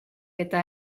eta